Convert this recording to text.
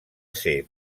ser